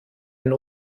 ein